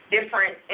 different